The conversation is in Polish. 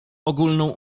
ogólną